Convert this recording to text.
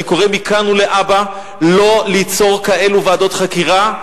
אני קורא מכאן ולהבא לא ליצור כאלו ועדות חקירה,